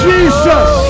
Jesus